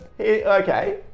okay